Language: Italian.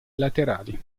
laterali